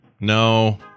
No